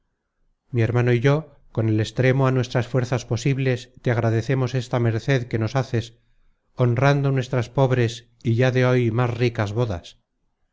mi hermano y yo con el extremo á nuestras fuerzas posibles te agradecemos esta merced que nos haces honrando nuestras pobres y ya de hoy más ricas bodas